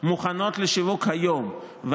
מוכנות לשיווק היום,